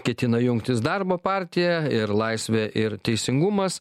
ketina jungtis darbo partija ir laisvė ir teisingumas